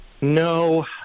No